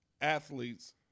athletes